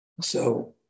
So-